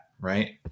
right